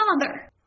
father